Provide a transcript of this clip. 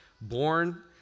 born